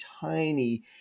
tiny